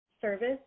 service